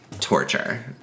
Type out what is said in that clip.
torture